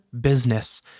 business